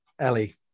Ellie